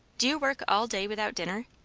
do you work all day without dinner?